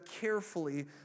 carefully